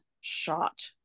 shot